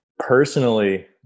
Personally